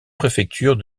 préfecture